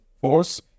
force